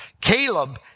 Caleb